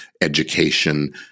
education